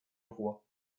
roi